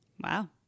Wow